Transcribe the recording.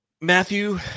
Matthew